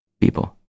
people